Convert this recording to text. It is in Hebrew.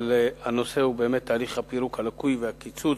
אבל הנושא הוא תהליך הפירוק הלקוי והקיצוץ